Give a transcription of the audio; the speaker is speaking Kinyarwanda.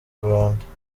rwanda